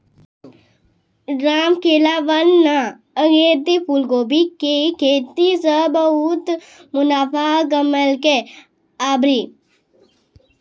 रामखेलावन न अगेती फूलकोबी के खेती सॅ बहुत मुनाफा कमैलकै आभरी